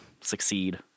succeed